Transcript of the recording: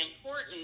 important